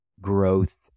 growth